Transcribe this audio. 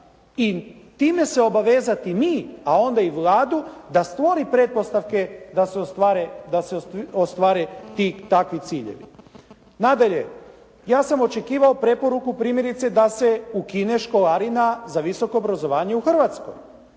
i time se obavezati mi, a onda i Vladu da stvori pretpostavke da se ostvare ti takvi ciljevi. Nadalje, ja sam očekivao preporuku primjerice da se ukine školarina za visoko obrazovanje u Hrvatskoj,